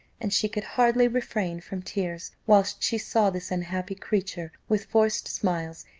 and she could hardly refrain from tears, whilst she saw this unhappy creature, with forced smiles,